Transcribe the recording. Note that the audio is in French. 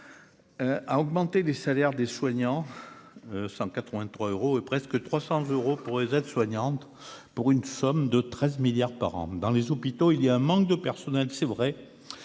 à augmenter les salaires des soignants cent quatre-vingt-trois euros et presque trois cents euros pour les aides-soignantes pour une somme de 13 milliards par an dans les hôpitaux, il y a un manque de personnel, c'est vrai,